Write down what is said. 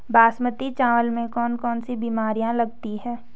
बासमती चावल में कौन कौन सी बीमारियां लगती हैं?